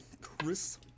Chris